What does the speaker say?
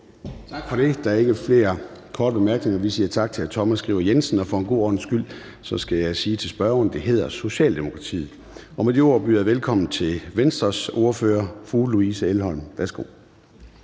Tak for det. Der er ikke flere korte bemærkninger, så vi siger tak til hr. Thomas Skriver Jensen. Og for god ordens skyld skal jeg sige til spørgeren, at det hedder Socialdemokratiet. Med de ord byder jeg velkommen til Venstres ordfører, fru Louise Elholm. Værsgo.